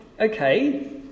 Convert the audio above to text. okay